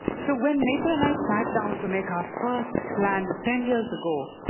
so when netra and i sat down to make our first plan ten years ago,